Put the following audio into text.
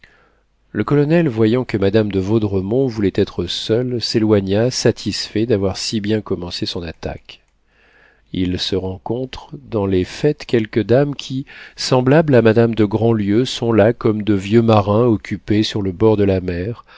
le colonel voyant que madame de vaudremont voulait être seule s'éloigna satisfait d'avoir si bien commencé son attaque il se rencontre dans les fêtes quelques dames qui semblables à madame de grandlieu sont là comme de vieux marins occupés sur le bord de la mer